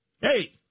Hey